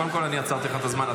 קודם כול אני עצרתי לך את הזמן.